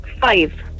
Five